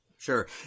Sure